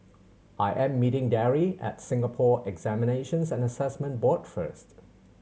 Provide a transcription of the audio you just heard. I am meeting Darry at Singapore Examinations and Assessment Board first